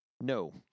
No